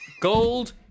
Gold